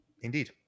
Indeed